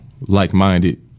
like-minded